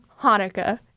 Hanukkah